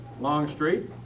Longstreet